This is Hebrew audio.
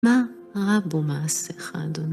מה רבו מעשיך אדוני